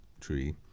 tree